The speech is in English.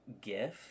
gift